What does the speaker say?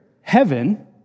heaven